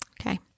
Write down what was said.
okay